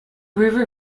river